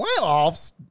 Playoffs